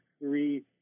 three